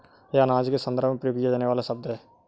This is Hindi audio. यह अनाज के संदर्भ में प्रयोग किया जाने वाला शब्द है